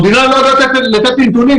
המדינה לא יודעת לתת לי נתונים,